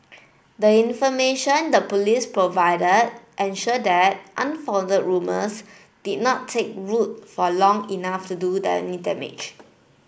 the information the Police provided ensure that unfounded rumours did not take root for long enough to do any damage